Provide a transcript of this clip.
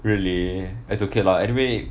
really that's okay lah anyway